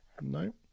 No